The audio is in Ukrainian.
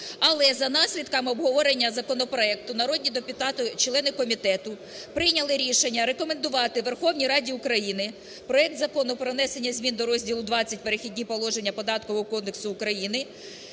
Але за наслідками обговорення законопроекту народні депутати - члени комітету прийняли рішення рекомендувати Верховній Раді України проект Закону про внесення змін до розділу ХХ "Перехідні положення"